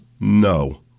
No